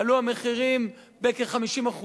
עלו המחירים בכ-50%,